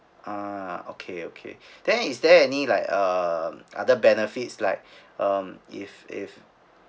uh okay okay then is there any like uh other benefits like um if if